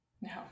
no